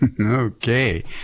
Okay